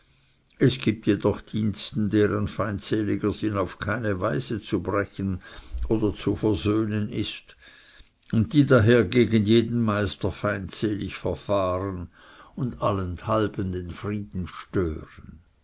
es gibt jedoch diensten deren feindseliger sinn auf keine weise zu brechen oder zu versöhnen ist und die daher gegen jeden meister feindselig verfahren und allenthalben den frieden stören